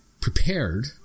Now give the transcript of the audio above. prepared